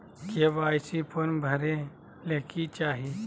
KYC form भरे ले कि चाही?